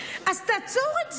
אז תעצור את זה.